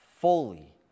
fully